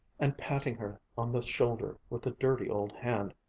and patting her on the shoulder with a dirty old hand.